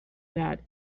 that